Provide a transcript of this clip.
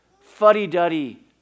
fuddy-duddy